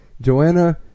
Joanna